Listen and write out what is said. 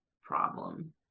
Problem